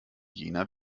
jener